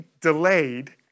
delayed